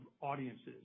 audiences